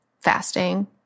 fasting